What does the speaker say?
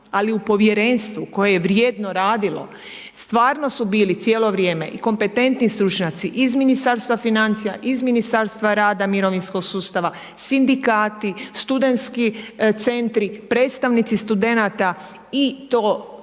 Ali, u Povjerenstvu koje je vrijedno radilo, stvarno su bili cijelo vrijem i kompetentni stručnjaci iz Ministarstva financija, iz Ministarstva rada i mirovinskog sustava, sindikati, studentski centri, predstavnici studenata i to javnih